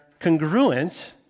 congruent